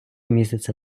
місяця